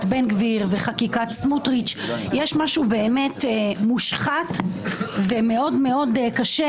בן גביר וחקיקת סמוטריץ' יש משהו באמת מושחת ומאוד מאוד קשה